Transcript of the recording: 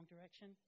direction